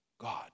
God